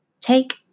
Take